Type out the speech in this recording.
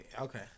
Okay